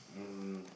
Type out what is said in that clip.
um